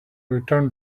returned